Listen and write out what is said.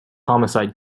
homicide